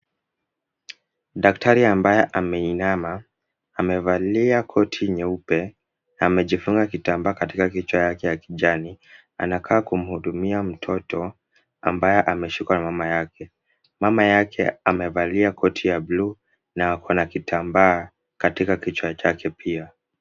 Daktari ambaye ameinama, amevalia koti nyeupe na amejifunga kitambaa katika kichwa yake ya kijani, anakaa kumhudumia mtoto, ambaye ameshikwa na mama yake. Mama yake amevalia koti ya blue na ako na kitambaa katika kichwa chake pia.